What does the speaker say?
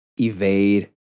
evade